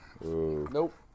Nope